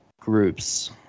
groups